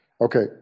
Okay